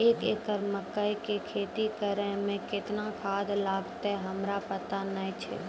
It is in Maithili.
एक एकरऽ मकई के खेती करै मे केतना खाद लागतै हमरा पता नैय छै?